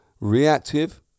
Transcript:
reactive